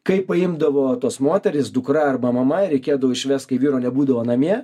kai paimdavo tos moterys dukra arba mama ir reikėdavo išvest kai vyro nebūdavo namie